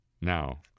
now